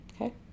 okay